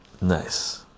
nice